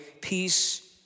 peace